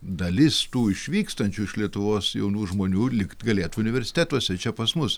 dalis tų išvykstančių iš lietuvos jaunų žmonių likt galėtų universitetuose čia pas mus